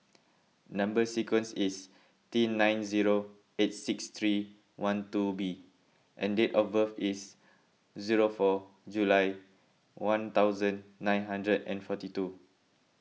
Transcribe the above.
Number Sequence is T nine zero eight six three one two B and date of birth is zero four July one thousand nine hundred and forty two